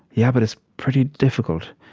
yeah, but it's pretty difficult.